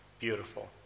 beautiful